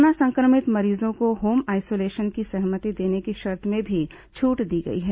corona संक्रमित मरीजों को होम आइसोलेशन की सहमति देने की शर्त में भी छूट दी गई है